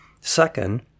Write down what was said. Second